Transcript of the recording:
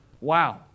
Wow